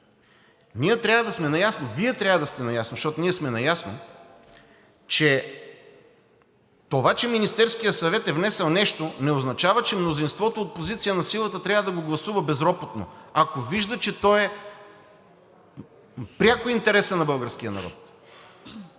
ние трябва да сме наясно, Вие трябва да сте наясно, защото ние сме наясно, че това, че Министерският съвет е внесъл нещо, не означава, че мнозинството от позиция на силата трябва да го гласува безропотно, ако вижда, че то е пряко интереса на българския народ.